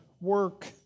work